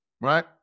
right